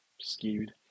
skewed